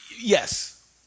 Yes